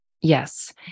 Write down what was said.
Yes